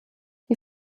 die